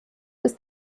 ist